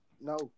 No